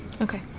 Okay